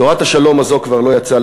תורת השלום הזאת כבר לא יצאה,